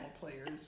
players